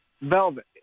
Velvet